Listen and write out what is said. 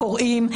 קוראים,